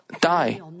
die